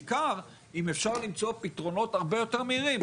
בעיקר אם אפשר למצוא פתרונות הרבה יותר מהירים.